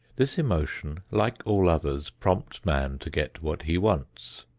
this emotion, like all others, prompts man to get what he wants.